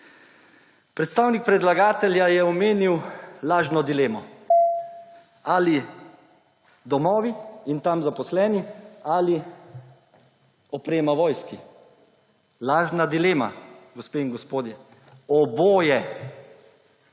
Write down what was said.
Predstavnik predlagatelja je omenil lažno dilemo ali domovi in tam zaposleni ali oprema vojski. Lažna dilema gospe in gospodje. Oboje.